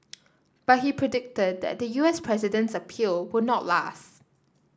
but he predicted that the U S president's appeal would not last